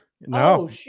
No